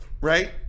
right